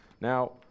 Now